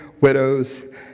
widows